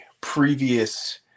previous